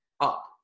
up